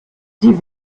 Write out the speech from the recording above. sie